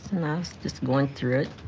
just going through it.